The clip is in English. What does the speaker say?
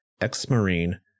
ex-marine